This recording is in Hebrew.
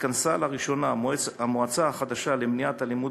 התכנסה לראשונה המועצה החדשה למניעת אלימות